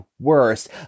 worst